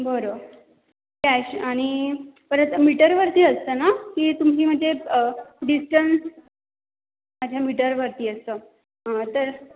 बरं कॅश आणि परत मीटरवरती असतं ना की तुम्ही म्हणजे डिस्टन्स अच्छा मीटरवरती असतं हां तर